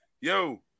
Yo